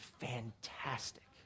fantastic